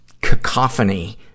cacophony